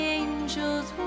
angels